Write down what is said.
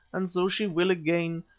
and so she will again,